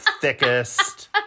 thickest